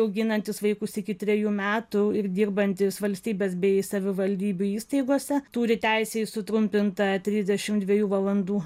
auginantys vaikus iki trejų metų ir dirbantys valstybės bei savivaldybių įstaigose turi teisę į sutrumpintą trisdešim dviejų valandų